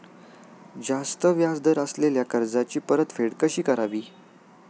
जास्त व्याज दर असलेल्या कर्जाची परतफेड कशी करावी?